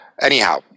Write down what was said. Anyhow